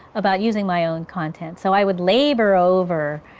about using my own content, so i would labor over,